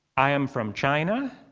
i am from china.